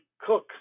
cook